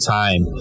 time